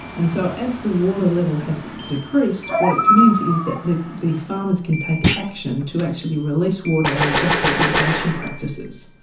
and so as the water level has decreased, what it's meant is that the the farmers can take action to actually release water and adjust their irrigation practices.